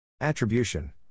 Attribution